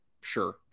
sure